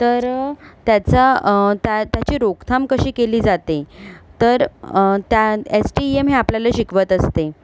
तर त्याचा त्या त्याची रोकथाम कशी केली जाते तर त्या एसटीईएम हे आपल्याला शिकवत असते